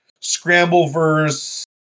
Scrambleverse